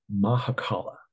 Mahakala